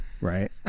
right